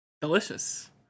Delicious